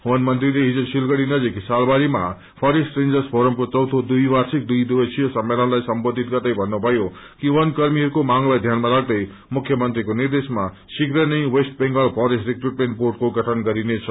ववन मंत्रीले हिज सिलगड़ी नजक सालाबारीामा फरेष्ट रेर्जस फोरमको चौथे द्वि वार्शिक दुइ दिवसीय सम्मेलनलाई सम्बोधित गर्दै भन्नुभयो कि वन कर्मीहरूको मांगलाई ध्यानमा राख्दै मुख्य मंत्रीको निर्देशमा शीघ्र नै वेस्ट बेंगल फरेष्ट रिक्र्टमेण्ट बोंडको गठन गरिनेछ